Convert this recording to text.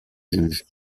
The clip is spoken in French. juge